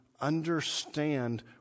understand